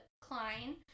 Klein